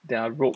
their robe